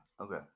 Okay